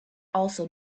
also